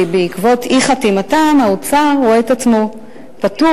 ובעקבות אי-חתימתם האוצר רואה את עצמו פטור